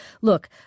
Look